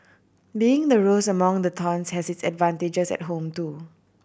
being the rose among the thorns has its advantages at home too